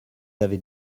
avait